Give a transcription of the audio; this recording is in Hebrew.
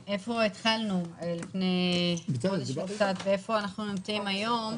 היכן התחלנו והיכן אנחנו נמצאים היום,